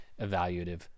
evaluative